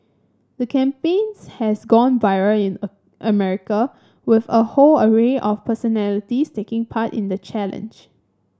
the campaigns has gone viral in America with a whole array of personalities taking part in the challenge